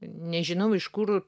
nežinau iš kur